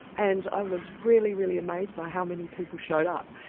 and i was really, really amazed by how many people showed up,